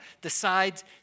decides